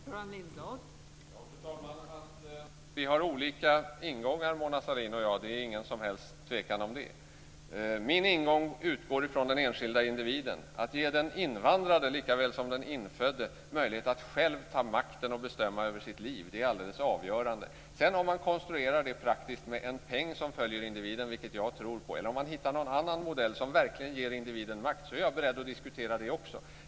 Fru talman! Vi har olika ingångar Mona Sahlin och jag. Det är ingen som helst tvekan om det. Min ingång utgår ifrån den enskilda individen. Det gäller att ge den invandrade likaväl som den infödde möjlighet att själv ta makten och bestämma över sitt liv. Det är alldeles avgörande. Om man sedan konstruerar det praktiskt med en peng som följer individen - vilket jag tror på - eller om man hittar på någon annan modell som verkligen ger individen makt är jag också beredd att diskutera det.